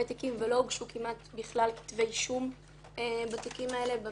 תיקים ולא הוגשו כמעט בכלל כתבי אישום בתיקים האלה.